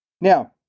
Now